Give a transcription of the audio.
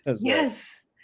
Yes